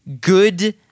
good